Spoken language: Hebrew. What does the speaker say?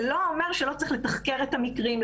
זה לא אומר שלא צריך לתחקר את המקרים,